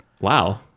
wow